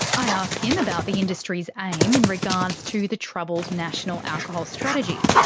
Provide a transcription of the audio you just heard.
i ask him about the industry's aim in regards to the troubled national alcohol strategy.